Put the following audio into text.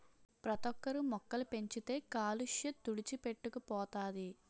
ప్రతోక్కరు మొక్కలు పెంచితే కాలుష్య తుడిచిపెట్టుకు పోతది